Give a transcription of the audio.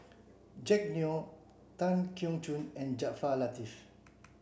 Jack Neo Tan Keong Choon and Jaafar Latiff